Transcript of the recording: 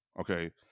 Okay